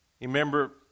Remember